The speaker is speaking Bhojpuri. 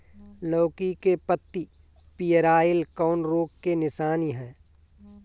लौकी के पत्ति पियराईल कौन रोग के निशानि ह?